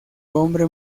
hombre